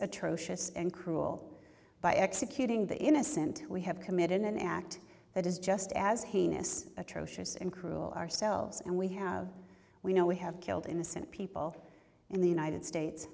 atrocious and cruel by executing the innocent we have committed an act that is just as heinous atrocious and cruel ourselves and we have we know we have killed innocent people in the united states